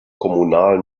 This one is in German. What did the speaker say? kommunalen